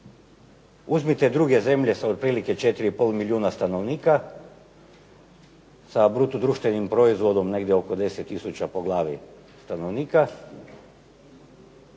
Uzmite druge zemlje sa otprilike 4 i pol milijuna stanovnika, sa bruto društvenim proizvodom negdje oko 10000 po glavi stanovnika